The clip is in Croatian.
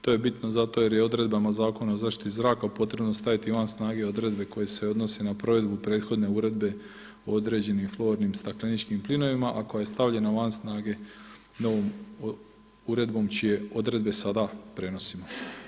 To je bitno zato jer je odredbama Zakona o zaštiti zraka potrebno staviti van snage odredbe koje se odnose na provedbu prethodne uredbe o određenim flornim stakleničkim plinovima, a koja je stavljena van snage novo uredbom čije odredbe sada prenosimo.